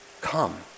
come